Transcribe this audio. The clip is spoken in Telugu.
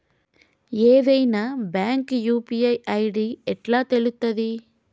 ఏదైనా బ్యాంక్ యూ.పీ.ఐ ఐ.డి ఎట్లా తెలుత్తది?